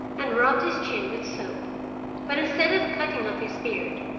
and rubbed his chin with soap but instead of cutting off his beard,